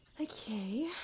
okay